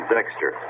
Dexter